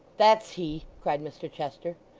that's he cried mr chester.